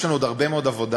יש לנו עוד הרבה מאוד עבודה,